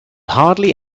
hardly